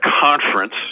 conference